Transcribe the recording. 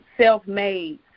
self-made